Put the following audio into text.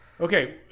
Okay